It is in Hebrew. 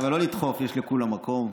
חבר'ה, לא לדחוף, יש לכולם מקום.